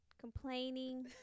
complaining